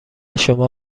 شما